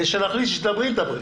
וכשנחליט שתדברי, תדברי.